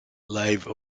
live